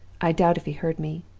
i doubt if he heard me.